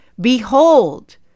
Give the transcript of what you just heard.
behold